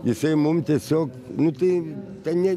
jisai mum tiesiog nu tai ten nė